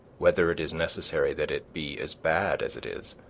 whether it is necessary that it be as bad as it is,